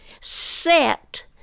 set